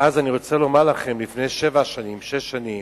ואז, אני רוצה לומר לכם, לפני שש-שבע שנים,